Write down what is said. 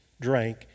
drank